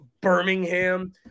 Birmingham